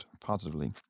Positively